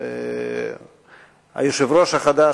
שהיושב-ראש החדש,